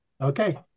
Okay